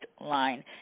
line